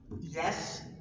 Yes